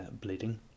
bleeding